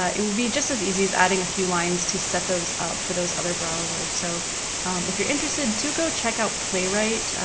ah it will be just as easy as adding a few lines to set those up for those other browsers. so if you're interested to go checkout playwright,